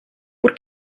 por